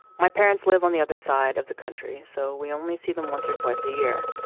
my parents live on the other side of the country, so we only see them once or twice a year.